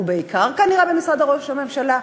ובעיקר כנראה במשרד ראש הממשלה,